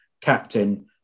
captain